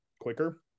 quicker